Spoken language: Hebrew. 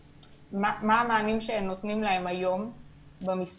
מה המענים שהם נותנים להם היום במשרד